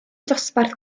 dosbarth